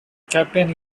captain